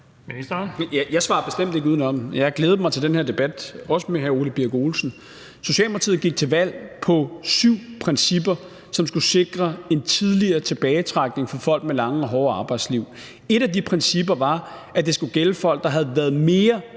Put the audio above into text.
Jeg svarer bestemt ikke udenom. Jeg har glædet mig til den her debat, også med hr. Ole Birk Olesen. Socialdemokratiet gik til valg på syv principper, som skulle sikre en tidligere tilbagetrækning for folk med lange og hårde arbejdsliv. Et af de principper var, at det skulle gælde folk, der havde været mere